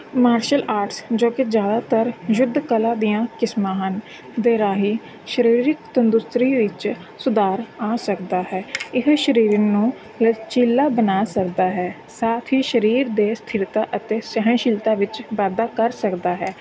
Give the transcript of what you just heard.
martial arts ਜੋ ਕਿ ਜ਼ਿਆਦਾਤਰ ਯੁੱਧ ਕਲਾ ਦੀਆਂ ਕਿਸਮਾਂ ਹਨ ਦੇ ਰਾਹੀਂ ਸਰੀਰਿਕ ਤੰਦਰੁਸਤੀ ਵਿੱਚ ਸੁਧਾਰ ਆ ਸਕਦਾ ਹੈ ਇਹ ਸਰੀਰ ਨੂੰ ਲਚੀਲਾ ਬਣਾ ਸਕਦਾ ਹੈ ਸਾਥ ਹੀ ਸਰੀਰ ਦੇ ਸਥਿਰਤਾ ਅਤੇ ਸਹਿਣਸ਼ੀਲਤਾ ਵਿੱਚ ਵਾਧਾ ਕਰ ਸਕਦਾ ਹੈ